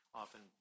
often